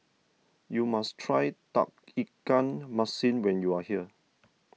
you must try Tauge Ikan Masin when you are here